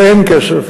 ואין כסף.